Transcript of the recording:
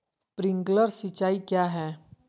Sprinkler सिंचाई क्या है?